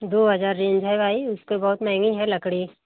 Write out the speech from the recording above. दो हजार रेंज है भाई उसके बहुत महंगी है लकड़ी